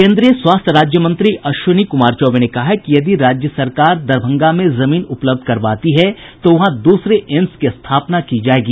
केन्द्रीय स्वास्थ्य राज्य मंत्री अश्विनी कुमार चौबे ने कहा है कि यदि राज्य सरकार दरभंगा में जमीन उपलब्ध करवाती है तो वहां दूसरे एम्स की स्थापना की जायेगी